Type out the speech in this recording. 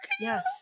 yes